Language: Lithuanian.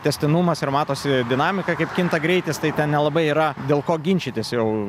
tęstinumas ir matosi dinamika kaip kinta greitis tai ten nelabai yra dėl ko ginčytis jau